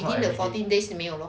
within the fourteen days 没有了